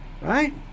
Right